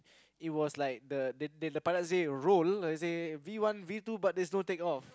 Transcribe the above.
it was like the the pilate say roll B one B two but there's no take off